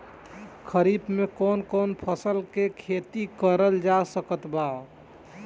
खरीफ मे कौन कौन फसल के खेती करल जा सकत बा?